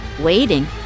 Waiting